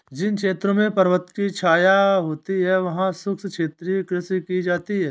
जिन क्षेत्रों में पर्वतों की छाया होती है वहां शुष्क क्षेत्रीय कृषि की जाती है